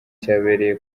cyabereye